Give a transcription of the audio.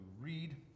read